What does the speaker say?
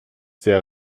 sehr